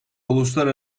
uluslar